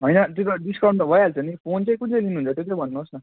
होइन त्यसमा डिस्काउन्ट त भइहाल्छ नि फोन चाहिँ कुन चाहिँ लिनुहुन्छ त्यो चाहिँ भन्नुहोस् न